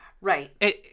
Right